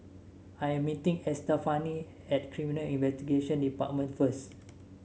I am meeting Estefani at Criminal Investigation Department first